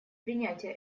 принятие